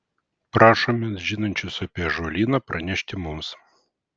prašome žinančius apie ąžuolyną pranešti mums